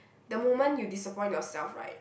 the moment you disappoint yourself right